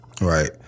Right